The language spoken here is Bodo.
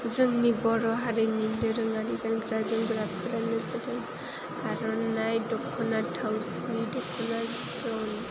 जोंनि बर' हारिनि दोरोङारि गानग्रा जोमग्राफोरानो जादों आर'नाइ दखना थावसि दखना बिद'न